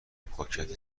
پاکت